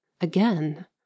Again